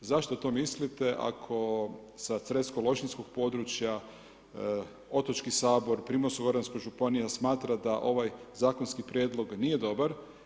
Zašto to mislite ako sa Cresko Lošinjskog područja, Otočki Sabor, Primorsko goranska županija smatra da ovaj zakonski prijedlog nije dobar.